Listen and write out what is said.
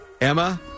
Emma